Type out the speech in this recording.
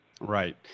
Right